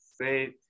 say